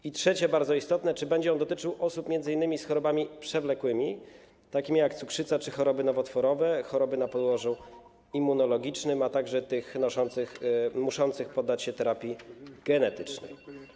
I trzecie, bardzo istotne pytanie: Czy będzie on dotyczył osób m.in. z chorobami przewlekłymi, takimi jak cukrzyca czy choroby nowotworowe, choroby o podłożu immunologicznym, a także osób, które muszą poddać się terapii genetycznej?